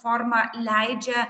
forma leidžia